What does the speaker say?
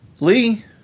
lee